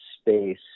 space